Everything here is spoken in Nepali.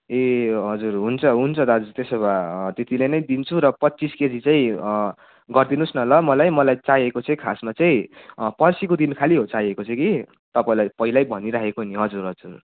ए हजुर हुन्छ हुन्छ दाजु त्यसो भए त्यतिले नै दिन्छु र पच्चिस केजी चाहिँ गरिदिनु होस् न ल मलाई मलाई चाहिएको चाहिँ खासमा चाहिँ पर्सिको दिन खालि हो चाहिएको चाहिँ कि तपाईँलाई पहिल्यै भनिराखेको नि हजुर हजुर